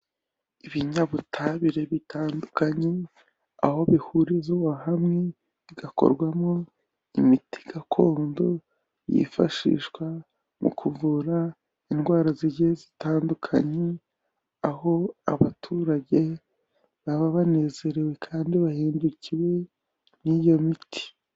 Ibinyabutabire bitandukanye, aho bihurizwa hamwe, bigakorwamo imiti gakondo, yifashishwa mu kuvura indwara zigiye zitandukanye, aho abaturage baba banezerewe kandi bahendukiwe n'iyo miti.